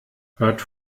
hört